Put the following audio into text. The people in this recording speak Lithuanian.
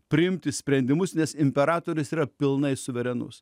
priimti sprendimus nes imperatorius yra pilnai suverenus